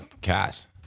cast